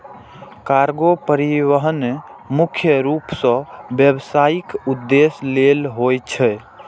cargo परिवहन मुख्य रूप सं व्यावसायिक उद्देश्य लेल होइ छै